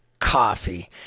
Coffee